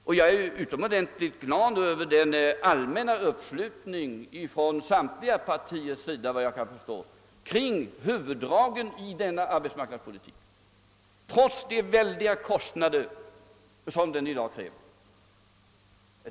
Och jag är utomordentligt glad över den allmänna uppslutningen från, såvitt jag kan förstå, samtliga partiers sida kring huvuddragen i denna arbetsmarknadspolitik, trots de väldiga kostnader som den i dag drar.